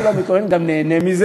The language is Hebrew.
לא רק שלא מתלונן, גם נהנה מזה,